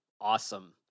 awesome